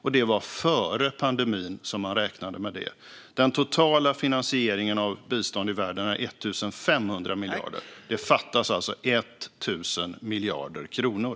Och det var före pandemin som man räknade med det. Den totala finansieringen av bistånd i världen är 1 500 miljarder kronor. Det fattas alltså 1 000 miljarder kronor.